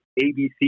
ABC